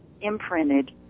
imprinted